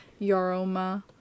Yaroma